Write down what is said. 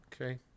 okay